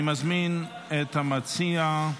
אני מזמין את המציע,